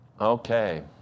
Okay